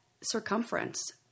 circumference